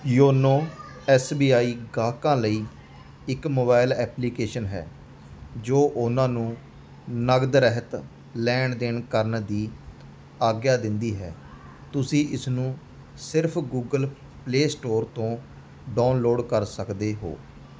YONO S B I ਗਾਹਕਾਂ ਲਈ ਇੱਕ ਮੋਬਾਈਲ ਐਪਲੀਕੇਸ਼ਨ ਹੈ ਜੋ ਉਹਨਾਂ ਨੂੰ ਨਗਦ ਰਹਿਤ ਲੈਣ ਦੇਣ ਕਰਨ ਦੀ ਆਗਿਆ ਦਿੰਦੀ ਹੈ ਤੁਸੀਂ ਇਸਨੂੰ ਸਿਰਫ਼ ਗੂਗਲ ਪਲੇ ਸਟੋਰ ਤੋਂ ਡਾਊਨਲੋਡ ਕਰ ਸਕਦੇ ਹੋ